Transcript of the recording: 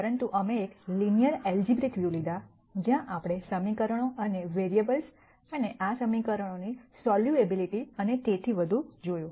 પરંતુ અમે એક લિનયર ઐલ્જબ્રિક વ્યૂ લીધું જ્યાં આપણે સમીકરણો અને વેરીએબ્લસ અને આ સમીકરણોની સોલ્યુએબિલિટી અને તેથી વધુ જોયુ